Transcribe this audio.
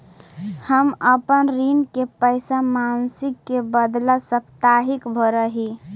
हम अपन ऋण के पैसा मासिक के बदला साप्ताहिक भरअ ही